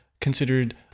considered